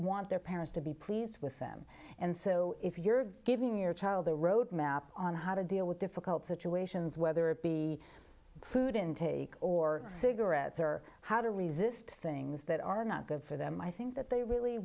want their parents to be pleased with them and so if you're giving your child their roadmap on how to deal with difficult situations whether it be food intake or cigarettes or how to resist things that are not good for them i think that they really